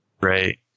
Right